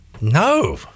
no